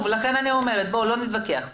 בואו לא נתווכח פה.